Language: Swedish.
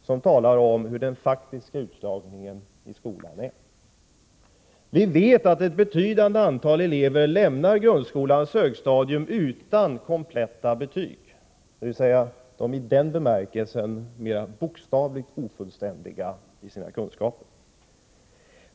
och som talar om hur den faktiska utslagningen i skolan är. Vi vet att ett betydande antal elever lämnar grundskolans högstadium utan kompletta betyg, dvs. de är i den bemärkelsen mera bokstavligt ofullständiga i sina kunskaper.